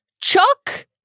Chuck